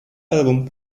album